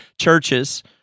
churches